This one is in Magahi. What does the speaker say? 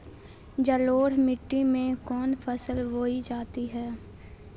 जलोढ़ मिट्टी में कौन फसल बोई जाती हैं?